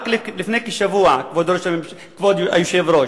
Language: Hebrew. רק לפני כשבוע, כבוד היושב-ראש,